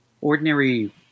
Ordinary